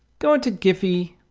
go into giphy